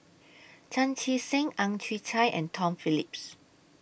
Chan Chee Seng Ang Chwee Chai and Tom Phillips